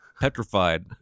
petrified